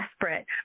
desperate